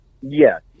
Yes